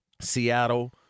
Seattle